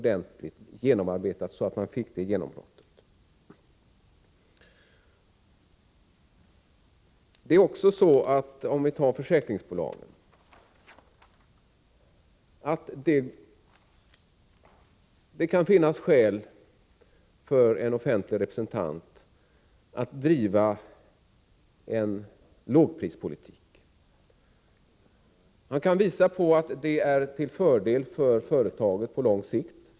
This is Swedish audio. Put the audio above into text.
Det kan finnas skäl för en offentlig representant i ett försäkringsbolags styrelse att driva en lågprispolitik. Han kan påvisa att det på lång sikt är till fördel för företaget.